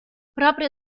proprio